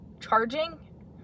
charging